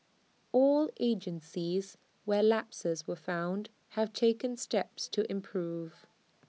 all agencies where lapses were found have taken steps to improve